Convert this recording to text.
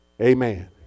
Amen